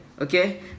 okay